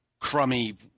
crummy